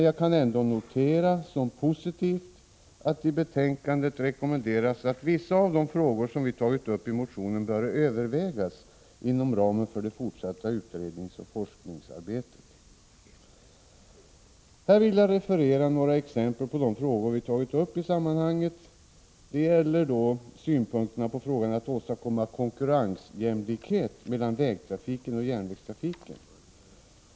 Jag kan ändå som positivt notera att det i betänkandet rekommenderas att vissa av de frågor som vi tagit upp i motionen skall övervägas inom Här vill jag ge några exempel på frågor som vi tagit upp i sammanhanget. 19 mars 1986 Vi har t.ex. anfört synpunkter på problemet att åstadkomma konkurrensjämlikhet mellan vägtrafiken och järnvägstrafiken.